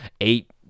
eight